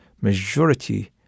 Majority